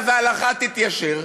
אז ההלכה תתיישר,